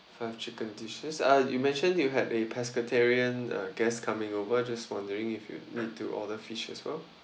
five chicken dishes uh you mentioned you had a pescatarian uh guest coming over just wondering if you need to order fish as well